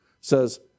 says